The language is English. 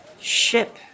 ship